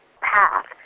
path